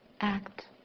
act